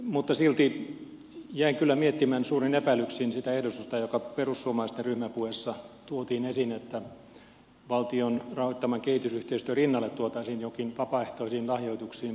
mutta silti jäin kyllä miettimään suurin epäilyksin sitä ehdotusta joka perussuomalaisten ryhmäpuheessa tuotiin esiin että valtion rahoittaman kehitysyhteistyön rinnalle tuotaisiin jokin vapaaehtoisiin lahjoituksiin perustuva rahasto